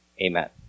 Amen